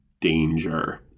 danger